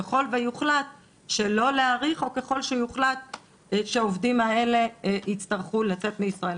ככל ויוחלט שלא להאריך או ככל שיוחלט שהעובדים האלה יצטרכו לצאת מישראל.